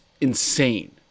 insane